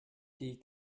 die